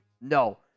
No